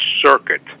circuit